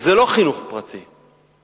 חינוך פרטי.